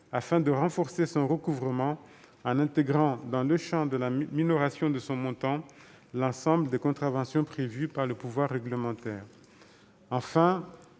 afin d'accélérer son recouvrement, en intégrant, dans le champ de la minoration de son montant, l'ensemble des contraventions prévues par le pouvoir réglementaire. Enfin,